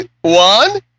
One